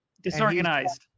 Disorganized